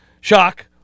shock